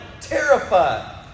terrified